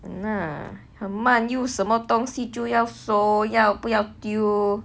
那很慢又什么东西就要收又不要丢